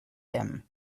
them